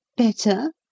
better